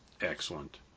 Excellent